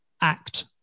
act